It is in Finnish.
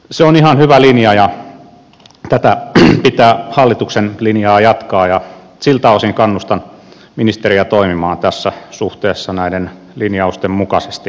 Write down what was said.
se on ihan hyvä linja ja tätä linjaa pitää hallituksen jatkaa ja siltä osin kannustan ministeriä toimimaan tässä suhteessa näiden linjausten mukaisesti